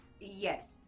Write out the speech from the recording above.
Yes